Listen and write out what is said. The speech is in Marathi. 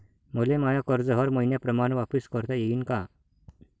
मले माय कर्ज हर मईन्याप्रमाणं वापिस करता येईन का?